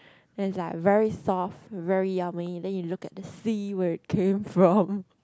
then it's like very soft very yummy then you look at the sea where it came from